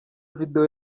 video